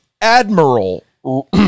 Admiral